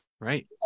Right